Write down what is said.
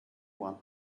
want